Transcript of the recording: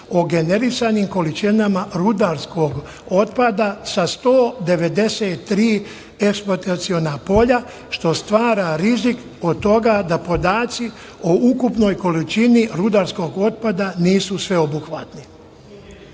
o generisanim količinama rudarskog otpada sa 193 eksploataciona polja, što stvara rizik od toga da podaci o ukupnoj količini rudarskog otpada nisu sveobuhvatni. Kad